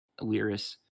Lyris